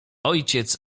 ojciec